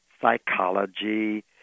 psychology